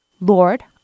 Lord